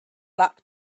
luck